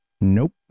Nope